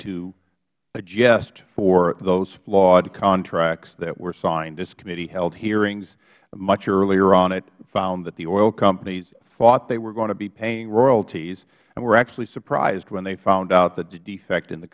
to adjust for those flawed contracts that were signed this committee held hearings much earlier on it found that the oil companies thought they were going to be paying royalties and were actually surprised when they found out that the defect in the